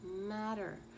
matter